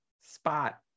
spot